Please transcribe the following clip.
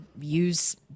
use